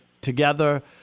together